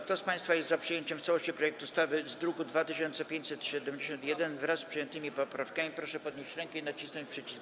Kto z państwa jest za przyjęciem w całości projektu ustawy z druku nr 2571, wraz z przyjętymi poprawkami, proszę podnieść rękę i nacisnąć przycisk.